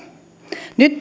nyt